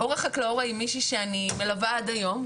אורה חקלאורה היא מישהי שאני מלווה עד היום.